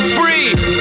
breathe